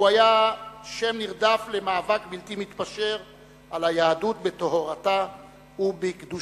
הוא היה שם נרדף למאבק בלתי מתפשר על היהדות בטהרתה ובקדושתה.